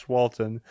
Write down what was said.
Walton